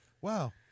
wow